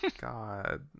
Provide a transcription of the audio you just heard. God